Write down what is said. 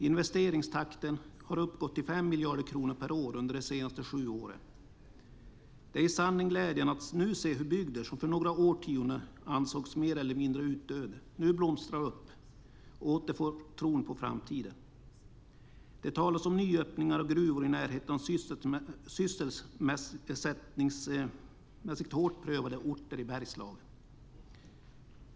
Investeringstakten har uppgått till 5 miljarder kronor per år under de senaste sju åren. Det är i sanning glädjande att nu se hur bygder som för några årtionden sedan ansågs mer eller mindre utdöende nu blomstrar upp och återfår tron på framtiden. Det talas om nyöppningar av gruvor i närheten av sysselsättningsmässigt hårt prövade orter i Bergslagen.